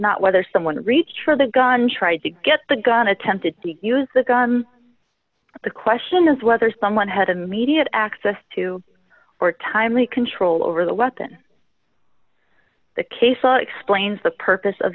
not whether someone reached for the gun tried to get the gun attempted to use the gun the question is whether someone had immediate access to or timely control over the weapon the case or explains the purpose of